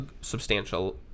substantial